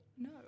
No